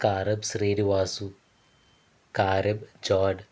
కారం శ్రీనివాసు కారెం ఛోడ్